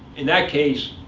in that case,